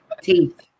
teeth